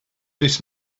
this